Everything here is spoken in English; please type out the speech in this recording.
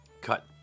cut